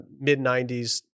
mid-90s